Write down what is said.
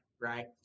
right